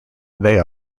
they